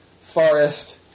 forest